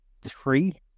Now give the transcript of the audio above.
three